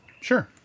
Sure